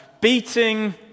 beating